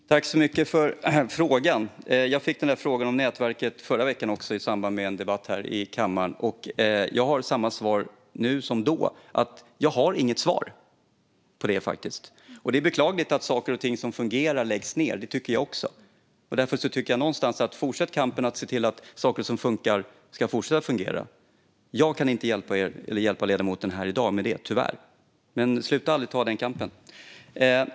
Herr talman! Jag tackar så mycket för frågan. Jag fick frågan om nätverket också förra veckan i samband med en debatt här i kammaren, och jag har samma svar nu som då. Svaret är att jag inte har något svar. Det är beklagligt att saker och ting som fungerar läggs ned, det tycker jag också. Därför säger jag: Fortsätt kampen för att se till att saker som funkar ska fortsätta fungera! Jag kan inte hjälpa ledamoten med detta här i dag, tyvärr, men sluta aldrig att ta den kampen!